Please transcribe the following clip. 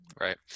Right